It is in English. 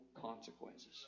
consequences